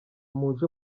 muje